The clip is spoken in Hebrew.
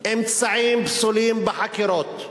אמצעים פסולים בחקירות.